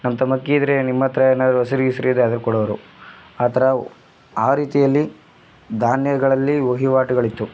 ನಮ್ಮ ತಮ್ಮ ಅಕ್ಕಿ ಇದ್ದರೆ ನಿಮ್ಮ ಹತ್ರ ಏನಾದರೂ ಹಸಿರು ಗಿಸಿರು ಇದ್ದರೆ ಅದೇ ಕೊಡೋರು ಆಥರ ಆ ರೀತಿಯಲ್ಲಿ ಧಾನ್ಯಗಳಲ್ಲಿ ವಹಿವಾಟುಗಳಿತ್ತು